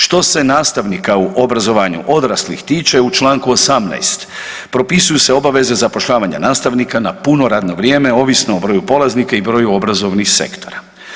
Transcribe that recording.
Što se nastavnika u obrazovanju odraslih tiče u čl. 18. propisuju se obaveze zapošljavanja nastavnika na puno radno vrijeme, ovisno o broju polaznika i broju obrazovnih sektora.